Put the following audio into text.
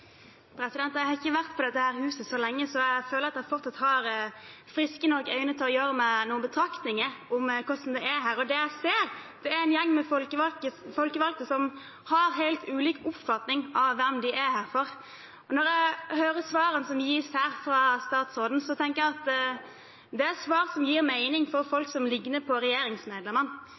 Jeg har ikke vært på dette huset så lenge, så jeg føler at jeg fortsatt har friske nok øyne til å gjøre meg noen betraktninger om hvordan det er her. Det jeg ser, er en gjeng med folkevalgte som har helt ulik oppfatning av hvem de er her for. Når jeg hører svarene som gis her fra statsråden, tenker jeg at det er svar som gir mening for folk som ligner på regjeringsmedlemmene.